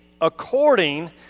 according